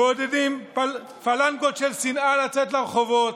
מעודדים פלנגות של שנאה לצאת לרחובות.